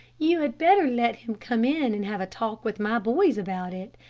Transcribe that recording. you had better let him come in and have a talk with my boys about it.